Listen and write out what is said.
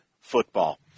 football